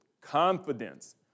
confidence